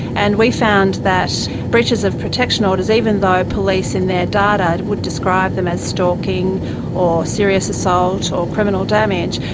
and we found that breaches of protection orders, even though police in their data would describe them as stalking or serious assault or criminal damage,